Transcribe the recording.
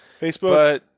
Facebook